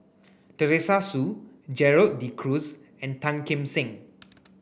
Teresa Hsu Gerald De Cruz and Tan Kim Seng